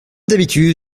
d’habitude